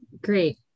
great